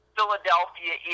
Philadelphia